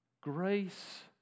grace